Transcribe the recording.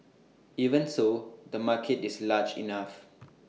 even so the market is large enough